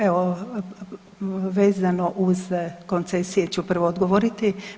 Evo vezano uz koncesije ću prvo odgovoriti.